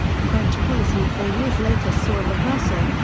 french policy four years later saw a reversal,